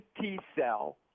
T-cell